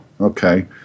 okay